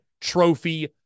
Trophy